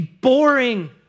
boring